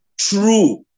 true